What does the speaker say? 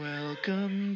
Welcome